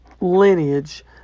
lineage